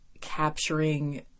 capturing